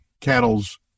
cattle's